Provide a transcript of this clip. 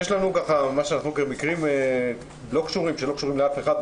יש לנו מקרים בקהילה שלא קשורים לאף אחד,